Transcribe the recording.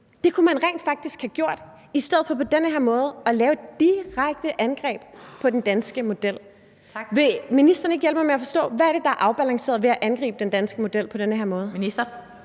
kunne man rent faktisk have gjort i stedet for på den her måde at lave et direkte angreb på den danske model. Vil ministeren ikke hjælpe mig med at forstå, hvad det er, der er afbalanceret ved at angribe den danske model på den her måde?